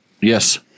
Yes